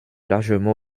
largement